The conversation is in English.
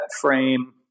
frame